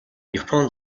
япон